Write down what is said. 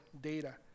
data